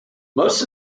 most